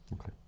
Okay